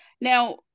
now